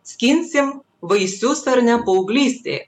skinsim vaisius ar ne paauglystėj